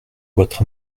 votre